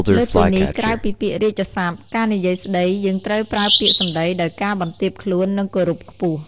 លើសពីនេះក្រៅពីពាក្យរាជសព្ទ ការនិយាយស្តីយើងត្រូវប្រើពាក្យសំដីដោយការបន្ទាបខ្លួន និងគោរពខ្ពស់។